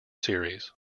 series